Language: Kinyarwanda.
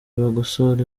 bagosora